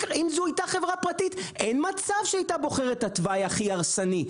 אם זאת הייתה חברה פרטית אין מצב שהיא הייתה בוחרת את התוואי הכי הרסני,